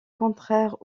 contraires